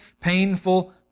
painful